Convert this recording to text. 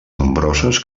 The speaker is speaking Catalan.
nombroses